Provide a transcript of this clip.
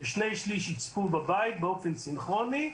ושני שלישים יצפו בבית באופן סינכרוני,